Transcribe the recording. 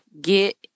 get